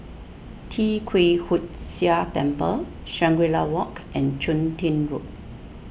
Tee Kwee Hood Sia Temple Shangri La Walk and Chun Tin Road